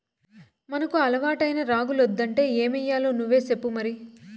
మనకు అలవాటైన రాగులొద్దంటే ఏమయ్యాలో నువ్వే సెప్పు మరి